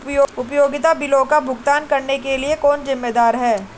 उपयोगिता बिलों का भुगतान करने के लिए कौन जिम्मेदार है?